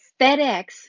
FedEx